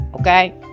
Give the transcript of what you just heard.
okay